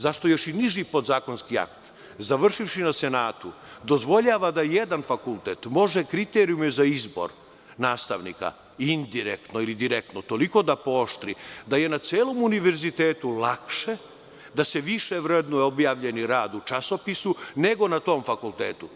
Zašto još i niži podzakonski akt, završivši na senatu, dozvoljava da jedan fakultet može kriterijume za izbor nastavnika, indirektno ili direktno, toliko da pooštri da je na celom univerzitetu lakše da se više vrednuje objavljeni rad u časopisu nego na tom fakultetu?